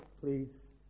please